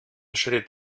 schritt